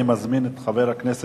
אני מזמין את חבר הכנסת